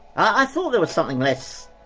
i thought there was something less,